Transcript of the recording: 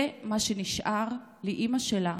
זה מה שנשאר לאימא שלה